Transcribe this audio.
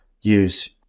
use